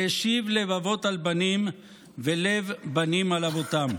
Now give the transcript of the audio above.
והשיב לב אבות על בנים ולב בנים על אבותם",